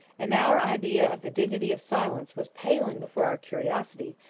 and our idea of the dignity of silence was paling before our curiosity,